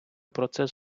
процес